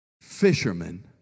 fishermen